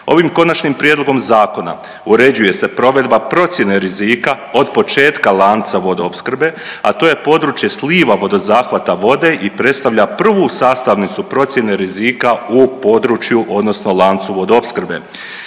Ovim konačnim prijedlogom zakona uređuje se provedba procjene rizika od početka lanca vodoopskrbe, a to je područje sliva vodozahvata vode i predstavlja prvu sastavnicu procjene rizika u području odnosno lancu vodoopskrbe.